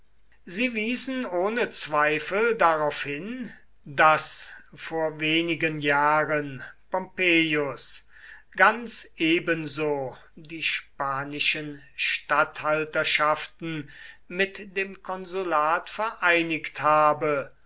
sie wiesen ohne zweifel darauf hin daß vor wenigen jahren pompeius ganz ebenso die spanischen statthalterschaften mit dem konsulat vereinigt habe